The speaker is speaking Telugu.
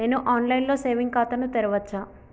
నేను ఆన్ లైన్ లో సేవింగ్ ఖాతా ను తెరవచ్చా?